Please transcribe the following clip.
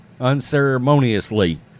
unceremoniously